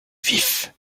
vifs